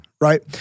right